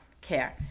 care